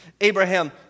Abraham